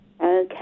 Okay